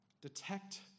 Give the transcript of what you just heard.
detect